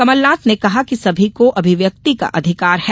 कमलनाथ ने कहा कि सभी को अभिव्यक्ति का अधिकार है